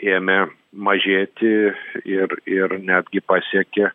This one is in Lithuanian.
ėmė mažėti ir ir netgi pasiekė